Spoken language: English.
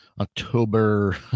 October